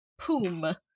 Poom